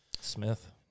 smith